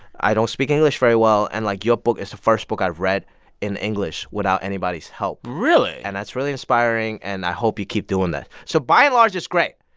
i don't speak english very well. and, like, your book is the first book i've read in english without anybody's help really? and that's really inspiring, and i hope you keep doing that. so by and large, it's great.